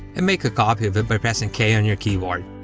and make a copy of it by pressing k on your keyboard.